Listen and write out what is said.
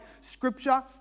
Scripture